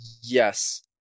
yes